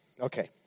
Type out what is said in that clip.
Okay